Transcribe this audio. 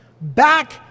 back